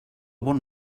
bon